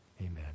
Amen